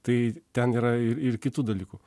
tai ten yra ir kitų dalykų